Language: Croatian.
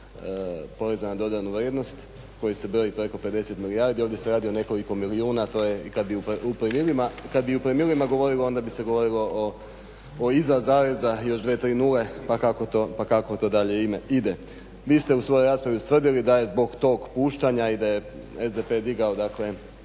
poreza na dodanu vrijednost koji se broji preko 50 milijardi. Ovdje se radi o nekoliko milijuna a to je kada bi u promilima govorili onda bi se govorili o iza zareza još 2, 3 nule pa kako to dalje ide. Vi ste u svojoj raspravi ustvrdili da je zbog tog puštanja i da je SDP dignuo PDV